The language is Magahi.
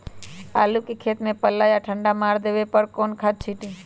आलू के खेत में पल्ला या ठंडा मार देवे पर कौन खाद छींटी?